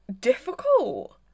difficult